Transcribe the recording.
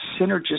synergistic